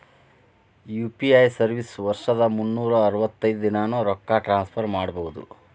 UPI service ವರ್ಷದ್ ಮುನ್ನೂರ್ ಅರವತ್ತೈದ ದಿನಾನೂ ರೊಕ್ಕ ಟ್ರಾನ್ಸ್ಫರ್ ಮಾಡ್ಬಹುದು